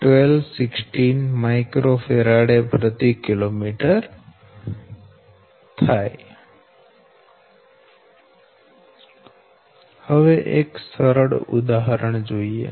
1216 µFkm હવે એક સરળ ઉદાહરણ જોઈએ